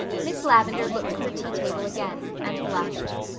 miss lavendar looked at her tea table again, and blushed.